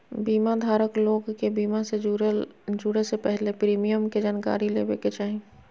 बीमा धारक लोग के बीमा से जुड़े से पहले प्रीमियम के जानकारी लेबे के चाही